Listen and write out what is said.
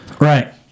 Right